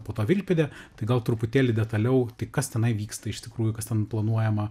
po to vilkpėdė tai gal truputėlį detaliau tai kas tenai vyksta iš tikrųjų kas ten planuojama